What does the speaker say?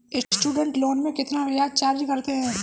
Student loan में कितना ब्याज चार्ज करते हैं?